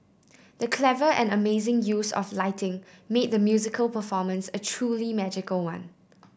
the clever and amazing use of lighting made the musical performance a truly magical one